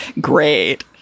Great